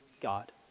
God